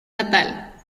natal